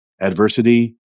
adversity